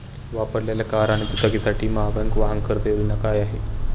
वापरलेल्या कार आणि दुचाकीसाठी महाबँक वाहन कर्ज योजना काय आहे?